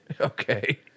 Okay